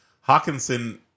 Hawkinson